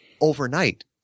overnight